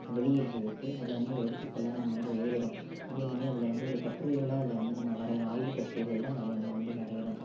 வெளியிடறதுக்கு அதை வந்து எழுத்துக்களில் நம்ம வந்து எழுதுறோம் அதே மாதிரி அதில் வந்து ஒரு கட்டுரைகளாக அதில் வந்து நம்ம வரையறோம் ஆய்வு கட்டுரைகளில் நிறைய நம்ம வந்து வரையறோம்